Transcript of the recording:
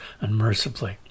unmercifully